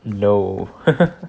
no